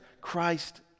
Christ